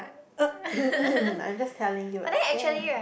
uh mm mm I'm just telling you it's there